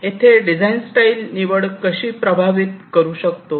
येथे design style निवड कशी प्रभावित करू शकतो